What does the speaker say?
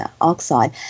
oxide